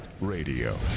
Radio